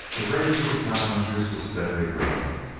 the rage of the cowpunchers was steadily growing.